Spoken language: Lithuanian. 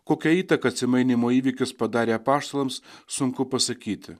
kokią įtaką atsimainymo įvykis padarė apaštalams sunku pasakyti